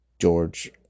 george